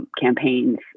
campaigns